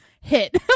hit